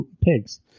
pigs